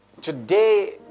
today